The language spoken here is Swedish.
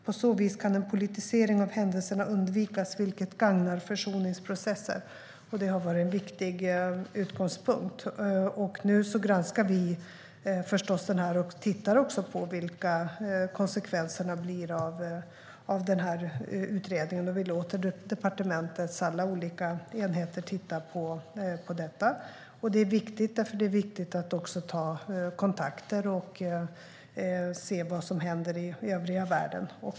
På så vis kan en politisering av händelserna undvikas, vilket gagnar försoningsprocesser." Det har varit en viktig utgångspunkt. Nu granskar vi förstås utredningen och tittar också på vilka konsekvenserna blir av den. Vi låter departementets alla olika enheter titta på detta. Det är viktigt, för det är viktigt att ta kontakter och se vad som händer i övriga världen.